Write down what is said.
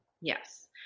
Yes